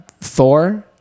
Thor